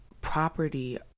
property